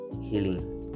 healing